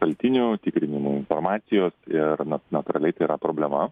šaltinių tikrinimu informacijos ir nors natūraliai tai yra problema